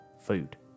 Food